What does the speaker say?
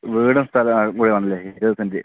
വീടും സ്ഥലവും കൂടി വേണമല്ലേ ഇരുപത്തഞ്ചു